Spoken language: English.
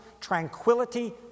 tranquility